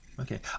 Okay